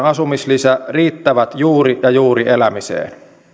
asumislisä riittävät juuri ja juuri elämiseen